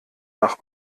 nach